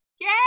Yay